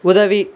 உதவி